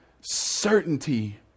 certainty